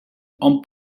hom